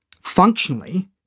Functionally